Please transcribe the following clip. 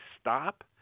stop